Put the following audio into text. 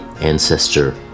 ancestor